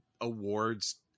awards